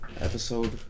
Episode